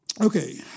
Okay